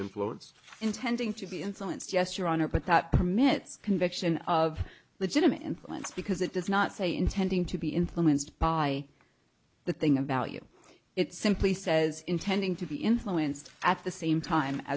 influence intending to be insolence gesture on her part that commits conviction of legitimate influence because it does not say intending to be influenced by the thing about you it simply says intending to be influenced at the same time